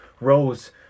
Rose